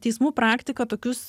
teismų praktika tokius